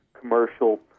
commercial